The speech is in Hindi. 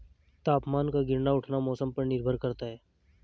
तापमान का गिरना उठना मौसम पर निर्भर करता है